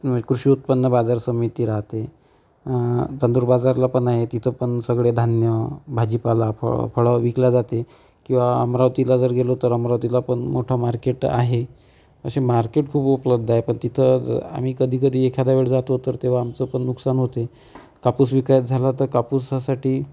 कृषी उत्पन्न बाजार समिती राहते चांदूरबाजारलापण आहे तिथंपण सगळं धान्य भाजीपाला फळ फळं विकल्या जाते किंवा अमरावतीला जर गेलो तर अमरावतीला पण मोठा मार्केट आहे अशी मार्केट खूप उपलब्ध आहे पण तिथं ज आम्ही कधी कधी एखाद्या वेळ जातो तर तेव्हा आमचं पण नुकसान होते कापूस विकाय झाला तर कापूसासाठी